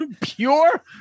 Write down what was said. pure